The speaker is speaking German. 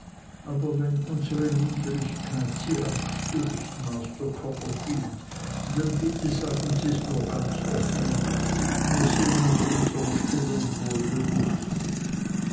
aber wenn unsere niedrigkeit sie abstößt master copperfield dann bitte sagen sie es nur ganz offen mir sin uns unserer stellung wohl bewußt